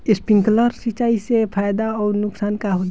Sprinkler सिंचाई से फायदा अउर नुकसान का होला?